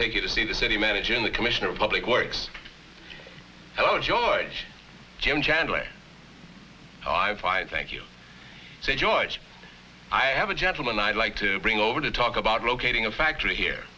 take you to see the city manager and the commissioner of public works hello george jim chandler high five thank you said george i have a gentleman i'd like to bring over to talk about locating a factory here